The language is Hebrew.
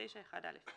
69(1א).";